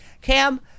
Cam